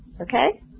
Okay